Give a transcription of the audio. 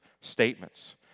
statements